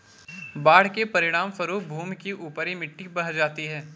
बाढ़ के परिणामस्वरूप भूमि की ऊपरी मिट्टी बह जाती है